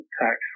tax